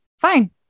fine